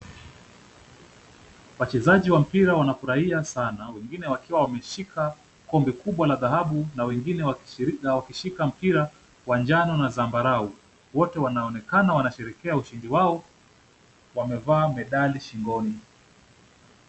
Wachezaji wa mpira wanafurahia sana wengine wakiwa wameshika kombe kubwa la dhahabu na wengine wakishika mpira wa njano na zambarau. Wote wanaonekana wanasherehekea ushindi wao wamevaa medali shingoni.